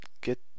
get